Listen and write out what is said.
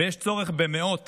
ויש צורך במאות